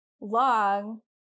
long